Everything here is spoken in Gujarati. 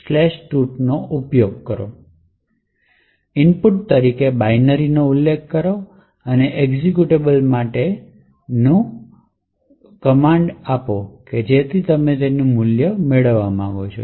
ROPtesttut2 નો ઉપયોગ કરો ઇનપુટ તરીકે બાઈનરી નો ઉલ્લેખ કરો અને એક્ઝેક્યુટેબલ માટેનો માર્ગ પ્રદાન કરો જેનું તમે મૂલ્યાંકન કરવા માંગો છો